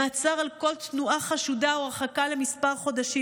מעצר על כל תנועה חשודה או הרחקה לכמה חודשים,